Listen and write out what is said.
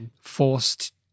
forced